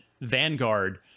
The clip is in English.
Vanguard